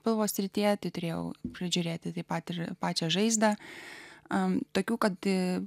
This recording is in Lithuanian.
pilvo srityje tai turėjau prižiūrėti tai patiri pačią žaizdą a tokių kad